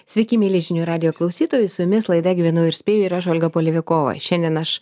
sveiki mieli žinių radijo klausytojai su jumis laida gyvenu ir spėju ir aš olga polevikova šiandien aš